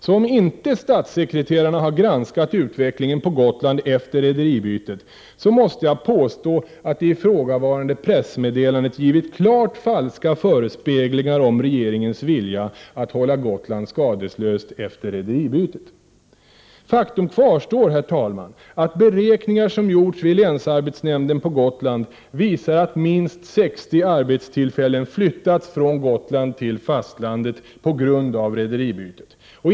Så om inte statssekreterarna har granskat utvecklingen på Gotland efter rederibytet måste jag påstå att det ifrågavarande pressmeddelandet givit klart falska förespeglingar om regeringens vilja att hålla Gotland skadeslöst efter rederibytet. Faktum kvarstår, herr talman, att beräkningar som gjorts vid länsarbetsnämnden på Gotland visar att minst 60 arbetstillfällen flyttats från Gotland till fastlandet på grund av rederibytet.